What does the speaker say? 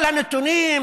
כל הנתונים,